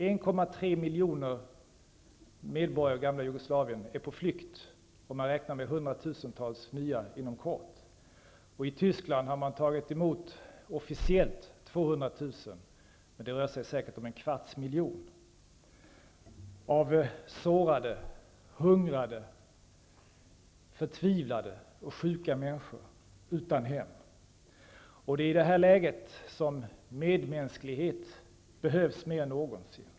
1,3 miljoner medborgare i det gamla Jugoslavien är på flykt, och man räknar med att ytterligare 100 000-tals är det inom kort. I Tyskland har man officiellt tagit emot 200 000, men det rör sig säkert om en kvarts miljon, sårade, hungrande, förtvivlade och sjuka människor utan hem. I det läget behövs medmänsklighet mer än någonsin.